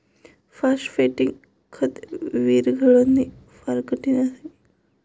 phosphatic खत विरघळणे फार कठीण आहे